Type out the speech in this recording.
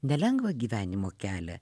nelengvą gyvenimo kelią